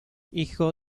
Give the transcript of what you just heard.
hijo